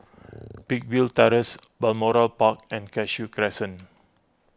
Peakville Terrace Balmoral Park and Cashew Crescent